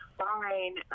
fine